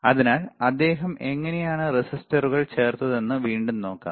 അതിനാൽ അദ്ദേഹം എങ്ങനെയാണ് റെസിസ്റ്ററുകൾ ചേർത്തതെന്ന് വീണ്ടും നോക്കാം